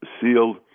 sealed